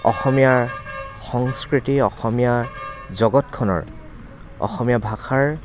অসমীয়া সংস্কৃতি অসমীয়া জগতখনৰ অসমীয়া ভাষাৰ